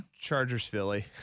Chargers-Philly